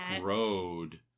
Road